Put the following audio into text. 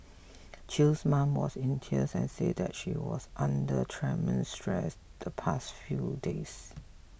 Chew's mom was in tears and said that she was under tremendous stress the past few days